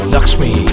Lakshmi